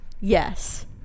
yes